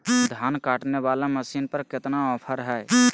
धान काटने वाला मसीन पर कितना ऑफर हाय?